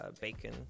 bacon